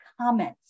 comments